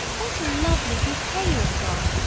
what a lovely bouquet you have got!